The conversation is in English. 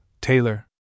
Taylor